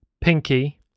Pinky